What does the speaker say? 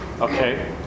Okay